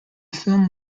film